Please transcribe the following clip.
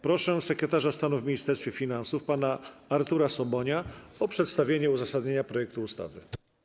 Proszę sekretarza stanu w Ministerstwie Finansów Artura Sobonia o przedstawienie uzasadnienia projektu ustawy.